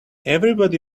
everybody